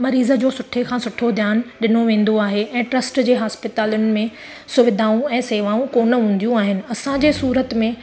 मरीज़ जो सुठे खां सुठो ध्यानु ॾिनो वेंदो आहे ऐं ट्रस्ट जे हस्पतालुनि में सुविधाऊं ऐं सेवाऊं कोन हूंदियूं आहिनि असांजे सूरत में